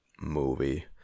movie